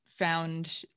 found